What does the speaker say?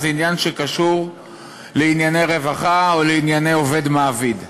זה עניין שקשור לענייני רווחה או לענייני עובד מעביד.